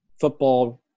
Football